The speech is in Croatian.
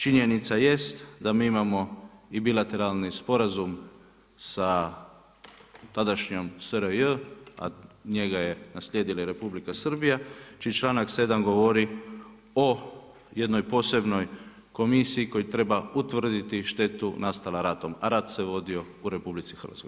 Činjenica jest da mi imamo i bilateralni sporazum sa tadašnjom SRJ a njega je naslijedila i Republika Srbija čiji članak 7 govori o jednoj posebnoj komisiji koja treba utvrditi štetu nastalu ratom a rat se vodio u RH.